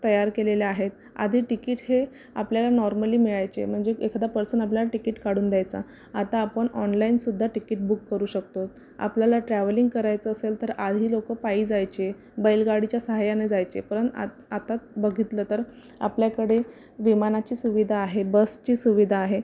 तयार केलेल्या आहेत आधी तिकिट हे आपल्याला नॉर्मली मिळायचे म्हणजे एखादा पर्सन आपल्याला तिकीट काढून द्यायचा आता आपण ऑनलाईनसुद्धा तिकीट बुक करू शकतो आपल्याला ट्रॅव्हलिंग करायचं असेल तर आधी लोक पायी जायचे बैलगाडीच्या साह्याने जायचे परण आ आता बघितलं तर आपल्याकडे विमानाची सुविधा आहे बसची सुविधा आहे